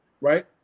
right